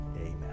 Amen